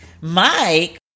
Mike